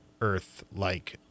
Earth-like